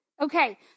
Okay